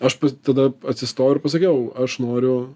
aš pats tada atsistojau ir pasakiau aš noriu